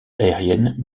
aérienne